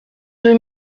deux